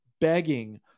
begging